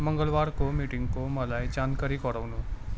मङ्गलवारको मिटिङको मलाई जानकारी गराउनु